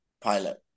pilot